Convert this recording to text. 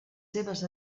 seves